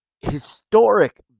historic